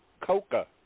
Coca